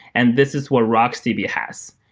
and this is what rocksdb yeah has.